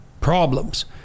problems